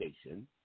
Station